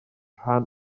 rhan